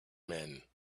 men